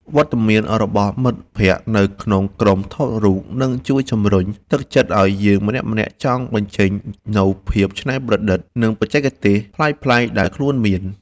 វត្តមានរបស់មិត្តភក្តិនៅក្នុងក្រុមថតរូបនឹងជួយជម្រុញទឹកចិត្តឱ្យយើងម្នាក់ៗចង់បញ្ចេញនូវភាពច្នៃប្រឌិត និង បច្ចេកទេសប្លែកៗដែលខ្លួនមាន។